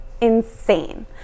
insane